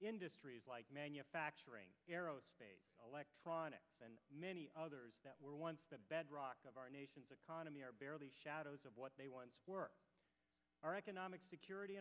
industries like manufacturing electronics and many others that were once the bedrock of our nation's economy are barely shadows of what they once were our economic security